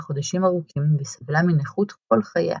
חודשים ארוכים וסבלה מנכות כל חייה.